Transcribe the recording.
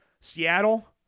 Seattle